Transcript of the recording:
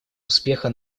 успеха